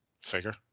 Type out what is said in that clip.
figure